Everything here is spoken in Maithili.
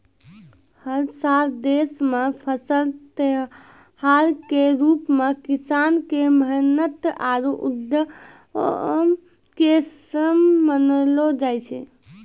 हर साल देश मॅ फसल त्योहार के रूप मॅ किसान के मेहनत आरो उद्यम के जश्न मनैलो जाय छै